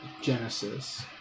Genesis